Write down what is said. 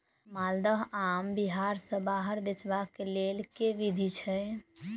माल्दह आम बिहार सऽ बाहर बेचबाक केँ लेल केँ विधि छैय?